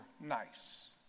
nice